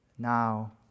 Now